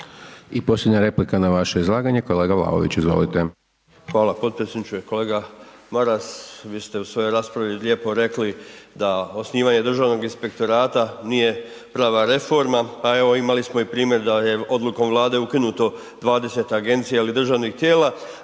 I posljednja replika na vaše izlaganje kolega Vlaović, izvolite. **Vlaović, Davor (HSS)** Hvala potpredsjedniče. Kolega Maras, vi ste u svojoj raspravi lijepo rekli da osnivanjem Državnog inspektorata nije prava reforma a evo imali smo i primjer da je odlukom Vlade ukinuto 20 agencija ili državnih tijela